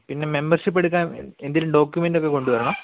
പിന്നെ മെമ്പര്ഷിപ്പ് എടുക്കാന് എന്തെങ്കിലും ഡോക്യുമെൻറ് ഒക്കെ കൊണ്ടുവരണോ